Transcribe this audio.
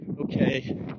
okay